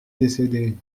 décédées